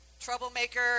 troublemaker